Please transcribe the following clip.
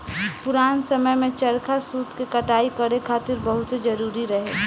पुरान समय में चरखा सूत के कटाई करे खातिर बहुते जरुरी रहे